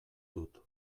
dut